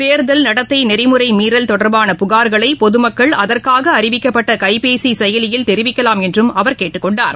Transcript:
தேர்தல் நடத்தைநெறிமுறைமீறல் தொடர்பான புகார்களைபொதுமக்கள் அதற்காகஅறிவிக்கப்பட்டகைபேசிசெயலியில் தெரிவிக்கலாம் என்றும் அவர் கேட்டுக்கொண்டார்